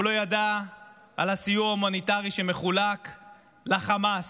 הוא לא ידע על הסיוע ההומניטרי שמחולק לחמאס,